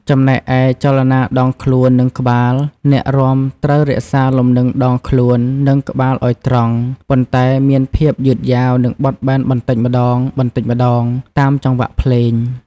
ចំណែកឯ ចលនាដងខ្លួន និងក្បាល អ្នករាំត្រូវរក្សាលំនឹងដងខ្លួន និងក្បាលឱ្យត្រង់ ប៉ុន្តែមានភាពយឺតយ៉ាវ និងបត់បែនបន្តិចម្ដងៗ តាមចង្វាក់ភ្លេង។